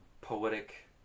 poetic